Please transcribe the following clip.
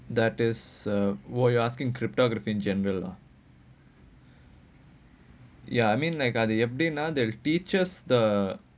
that is uh oh you asking cryptography in general lah ya I mean like the teachers uh